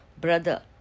brother